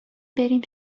بریم